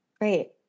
Great